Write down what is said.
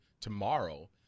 tomorrow